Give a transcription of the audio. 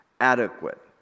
adequate